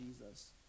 Jesus